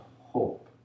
hope